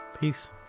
Peace